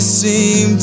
seem